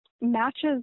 matches